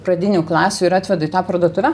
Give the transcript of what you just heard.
pradinių klasių ir atvedu į tą parduotuvę